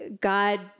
God